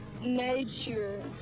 nature